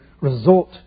resort